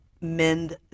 mend